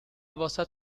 واست